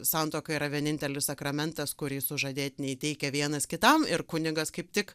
santuoka yra vienintelis sakramentas kurį sužadėtiniai teikia vienas kitam ir kunigas kaip tik